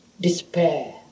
despair